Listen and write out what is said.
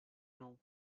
know